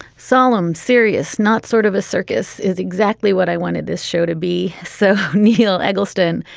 solemn, serious, not sort of a circus is exactly what i wanted this show to be. so neil eggleston,